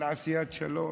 לעשיית שלום.